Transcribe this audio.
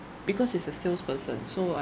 because it's a salesperson so I